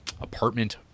apartment